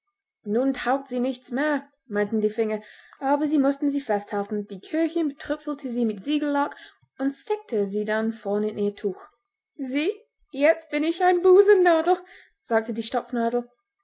nun taugt sie nichts mehr meinten die finger aber sie mußten sie festhalten die köchin betröpfelte sie mit siegellack und steckte sie dann vorn in ihr tuch sieh jetzt bin ich eine busennadel sagte die